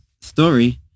story